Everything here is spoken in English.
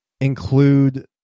include